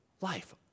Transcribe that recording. life